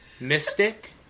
Mystic